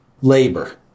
labor